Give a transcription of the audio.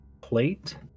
plate